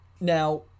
Now